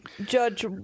Judge